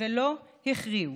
ולא הכריעו.